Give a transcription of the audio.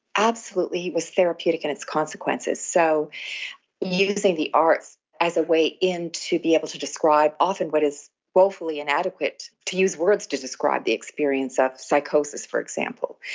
absolutely it was therapeutic in its consequences. so using the arts as a way in to be able to describe often what is woefully inadequate to use words to describe the experience, of psychosis for example.